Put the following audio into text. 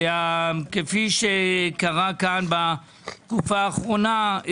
כפי שקרה כאן בתקופה האחרונה,